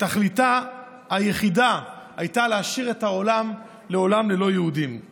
שתכליתה היחידה הייתה להשאיר את העולם ללא יהודים לעולם.